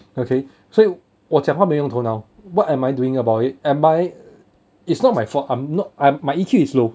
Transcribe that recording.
okay so 我讲话没有用头脑 what am I doing about it am I it's not my fault I'm not my E_Q is low